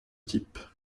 type